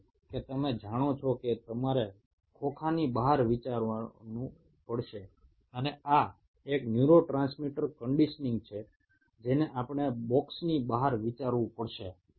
তোমাদেরকে উপলব্ধি করতে হবে যে তোমাদের অন্যভাবে চিন্তাভাবনা করতে হবে এবং নিউরোট্রান্সমিটার কন্ডিশনিং হলো এই রকমেরই একটি অন্য ধরনের চিন্তাভাবনা